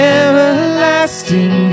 everlasting